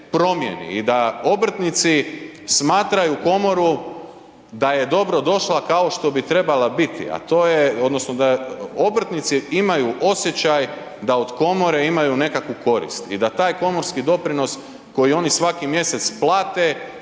i da obrtnici smatraju komoru da je dobrodošla kao što bi trebala biti a to je odnosno da obrtnici imaju osjećaj da od komore imaju nekakvu korist i da taj komorski doprinos koji oni svaki mjesec plate,